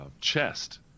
chest